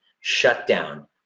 shutdown